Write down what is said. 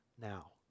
now